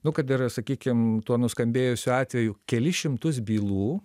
nu kad ir sakykim tuo nuskambėjusiu atveju kelis šimtus bylų